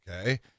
okay